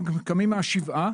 כאשר קמים מהשבעה,